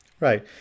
Right